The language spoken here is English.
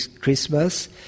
Christmas